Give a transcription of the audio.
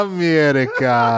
America